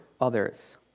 others